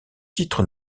titres